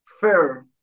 fair